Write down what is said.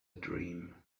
dream